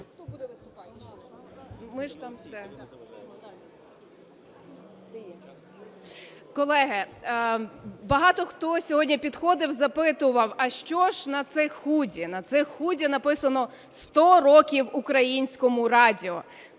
Колеги, багато хто сьогодні підходив, запитував: а що ж на цих худі? На цих худі написано: "100 років Українському радіо".